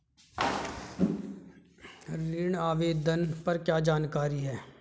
ऋण आवेदन पर क्या जानकारी है?